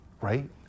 right